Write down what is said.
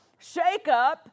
shakeup